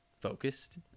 focused